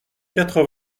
quatre